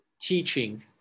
teaching